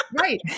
Right